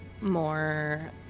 more